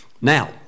Now